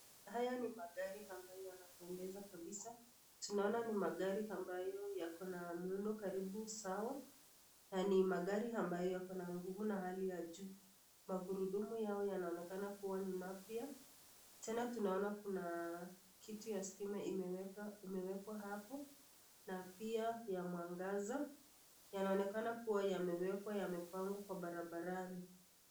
Haya ni magari ambayo yanapendeza kabisa. Tunaona ni magari ambayo yako na muundo karibu sawa na ni magari ambayo yako na nguvu ya hali ya juu. Magurudumu yao yanaonekana kuwa ni mapya, tena tunaona kuna kitu ya stima imewekwa hapo na pia ya mwangaza. Yanaonekana kuwa yamewekwa yamepangwa kwa barabarani.